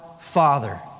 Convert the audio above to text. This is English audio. Father